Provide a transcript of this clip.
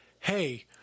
hey